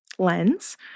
lens